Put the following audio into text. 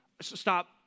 Stop